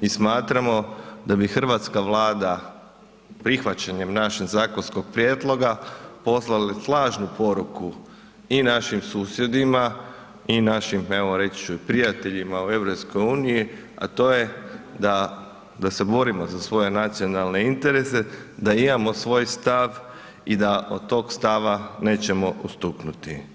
i smatramo da bi hrvatska Vlada prihvaćanjem našeg zakonskog prijedloga poslali snažnu poruku i našim susjedima i našim, evo reći ću i prijateljima u EU, a to je da se borimo za svoje nacionalne interese, da imamo svoj stav i da od tog stava nećemo odstupnuti.